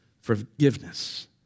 forgiveness